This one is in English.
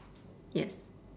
yes